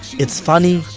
it's funny,